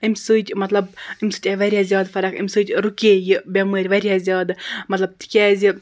امہِ سۭتۍ مطلب أمۍ سۭتۍ آیہِ واریاہ زیادٕ فرق أمۍ سۭتۍ رُکے یہِ بٮ۪مٲر واریاہ زیادٕ مطلب تِکیازِ